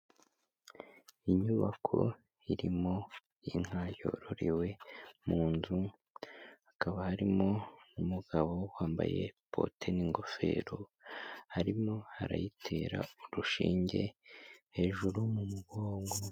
Inyubako irimo inka yororewe mu nzu. Hakaba harimo umugabo wambaye ikote n'ingofero arimo arayitera urushinge hejuru mu mugongo.